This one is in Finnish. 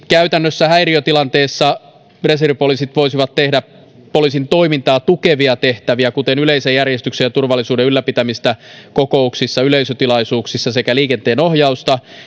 käytännössä häiriötilanteessa reservipoliisit voisivat tehdä poliisin toimintaa tukevia tehtäviä kuten yleisen järjestyksen ja turvallisuuden ylläpitämistä kokouksissa yleisötilaisuuksissa sekä liikenteenohjausta